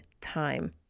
time